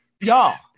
y'all